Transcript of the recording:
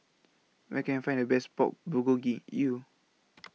Where Can I Find The Best Pork Bulgogi U